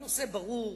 הנושא ברור.